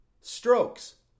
strokes